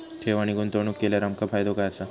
ठेव आणि गुंतवणूक केल्यार आमका फायदो काय आसा?